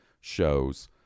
shows